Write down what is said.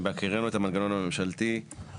בהכירנו את המנגנון המשלתי,